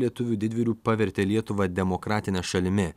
lietuvių didvyrių pavertė lietuvą demokratine šalimi